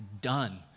done